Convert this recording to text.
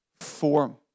form